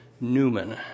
Newman